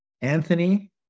Anthony